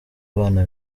abana